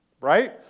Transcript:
right